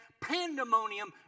Pandemonium